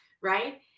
right